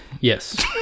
Yes